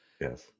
yes